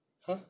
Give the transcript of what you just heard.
!huh!